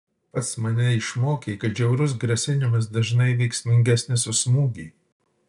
pats mane išmokei kad žiaurus grasinimas dažnai veiksmingesnis už smūgį